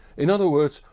in other words,